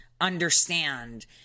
understand